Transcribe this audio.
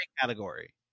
Category